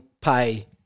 pay